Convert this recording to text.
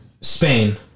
Spain